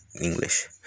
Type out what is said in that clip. English